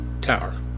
Tower